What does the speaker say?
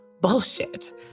bullshit